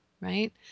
right